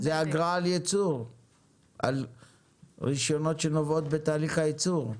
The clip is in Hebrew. על רישיונות שנובעים בתהליך הייצור.